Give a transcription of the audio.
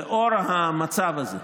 לנוכח המצב הזה,